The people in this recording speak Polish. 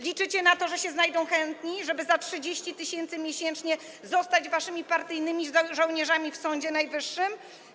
Liczycie na to, że się znajdą chętni, żeby za 30 tys. miesięcznie zostać waszymi partyjnymi żołnierzami w Sądzie Najwyższym?